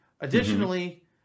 Additionally